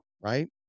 right